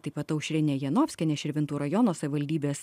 taip pat aušrine janovskiene širvintų rajono savivaldybės